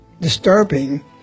disturbing